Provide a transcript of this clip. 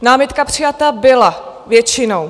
Námitka přijata byla většinou.